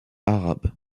arabe